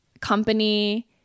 company